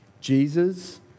Jesus